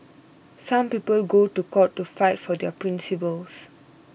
some people go to court to fight for their principles